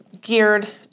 geared